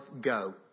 go